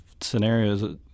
scenarios